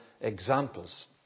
examples